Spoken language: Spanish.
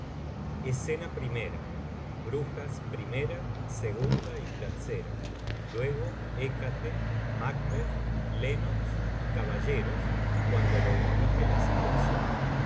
escena primera brujas i y luego hecate magbetii lennox y caballeros cuando lo indique la situación